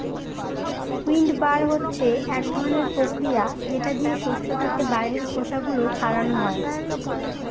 উইন্ডবার হচ্ছে এক ধরনের প্রক্রিয়া যেটা দিয়ে শস্য থেকে বাইরের খোসা গুলো ছাড়ানো হয়